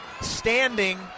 standing